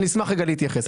אני אשמח רגע להתייחס.